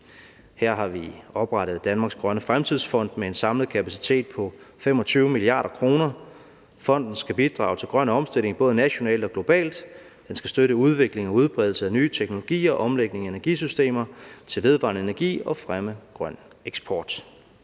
Her har vi oprettet Danmarks Grønne Fremtidsfond med en samlet kapacitet på 25 mia. kr. Fonden skal bidrage til grøn omstilling både nationalt og globalt, den skal støtte udvikling og udbredelse af nye teknologier, omlægning af energisystemer til vedvarende energi og fremme grøn eksport.